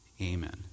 amen